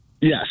Yes